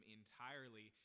entirely